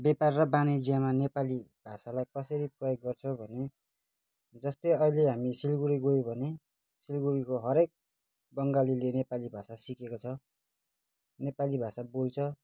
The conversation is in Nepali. व्यापार र वाणिज्यमा नेपाली भाषालाई कसरी प्रयोग गर्छ भने जस्तै अहिले हामी सिलगढी गयौँ भने सिलगढीको हरेक बङ्गालीले नेपाली भाषा सिकेको छ नेपाली भाषा बोल्छ